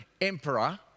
emperor